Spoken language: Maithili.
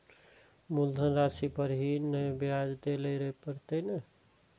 मुलधन राशि पर ही नै ब्याज दै लै परतें ने?